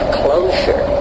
closure